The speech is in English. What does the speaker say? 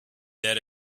that